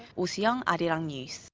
oh soo-young, arirang news.